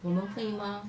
我们会吗